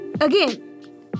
Again